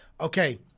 Okay